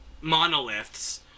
monoliths